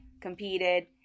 competed